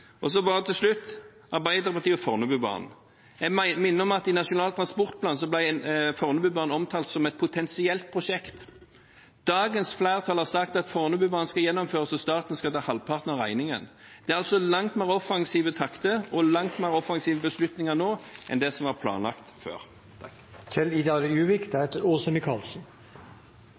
Så bare til slutt til Arbeiderpartiet og Fornebubanen: Jeg minner om at i Nasjonal transportplan ble Fornebubanen omtalt som «et potensielt prosjekt». Dagens flertall har sagt at Fornebubanen skal gjennomføres, og at staten skal ta halvparten av regningen. Det er altså langt mer offensive takter og beslutninger nå enn før. Regjeringspartiene bruker også årets debatt til å framheve satsingen på økt vedlikehold. Det